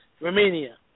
Romania